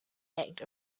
act